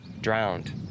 drowned